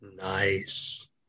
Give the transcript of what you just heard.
Nice